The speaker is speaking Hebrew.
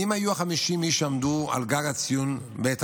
מי היו 50 האיש שעמדו בעת ההדלקה?